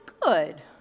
good